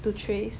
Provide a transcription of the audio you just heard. to trace